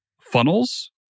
funnels